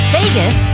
Vegas